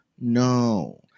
No